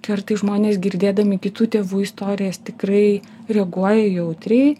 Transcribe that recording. kartais žmonės girdėdami kitų tėvų istorijas tikrai reaguoja jautriai